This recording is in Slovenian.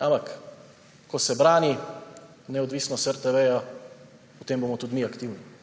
Ampak ko se brani neodvisnost RTV, potem bomo tudi mi aktivni.